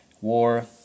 war